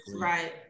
right